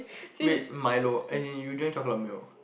wait Milo as in you drink chocolate milk